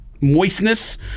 moistness